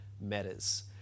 matters